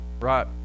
right